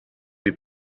the